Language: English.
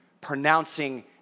pronouncing